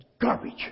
garbage